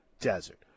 Desert